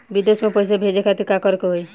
विदेश मे पैसा भेजे खातिर का करे के होयी?